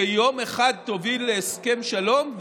שיום אחד תוביל להסכם שלום,